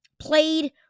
Played